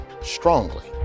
strongly